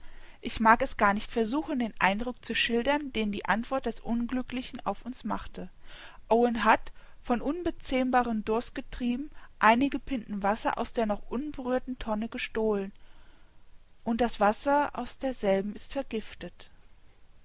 ich mag es gar nicht versuchen den eindruck zu schildern den die antwort des unglücklichen auf uns machte owen hat von unbezähmbarem durst getrieben einige pinten wasser aus der noch unberührten tonne gestohlen und das wasser aus derselben ist vergiftet